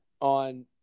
on